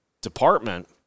department